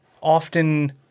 often